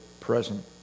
Present